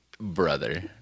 Brother